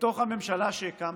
בתוך הממשלה שהקמתם.